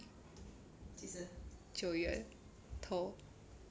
九月头